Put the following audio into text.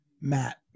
Matt